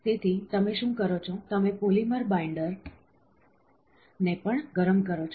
તેથી તમે શું કરો છો તમે પોલિમર બાઈન્ડર માંથી આકાર મેળવવાનો પ્રયાસ કરો છો અને તમે પોલિમર બાઈન્ડર ને પણ ગરમ કરો છો